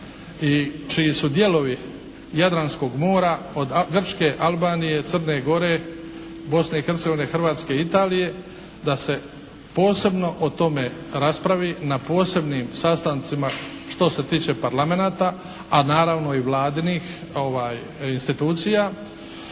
i čiji su dijelovi Jadranskog mora od Grčke, Albanije, Crne Gore, Bosne i Hercegovine, Hrvatske i Italije, da se posebno o tome raspravi na posebnim sastancima što se tiče Parlamenata, a naravno i Vladinih institucija.